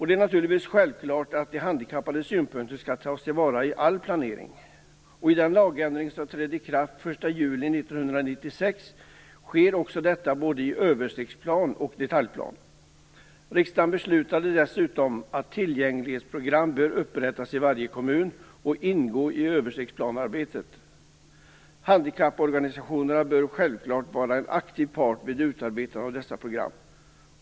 Det är naturligtvis en självklarhet att de handikappades synpunkter skall tas till vara vid all planering. I och med den lagändring som trädde i kraft den 1 juli 1996 sker detta både i översiktsplan och i detaljplan. Riksdagen beslutade dessutom att tillgänglighetsprogram bör upprättas i varje kommun och att de bör ingå i översiktsplanearbetet. Handikapporganisationerna bör självklart vara en aktiv part vid utarbetandet av dessa program.